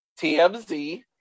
TMZ